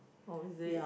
oh is it